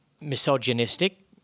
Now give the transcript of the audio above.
misogynistic